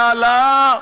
בהעלאה,